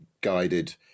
guided